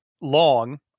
long